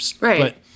Right